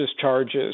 charges